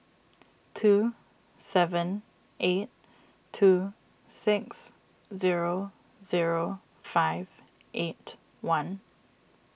two seven eight two six zero zero five eight one